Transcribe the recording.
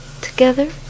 together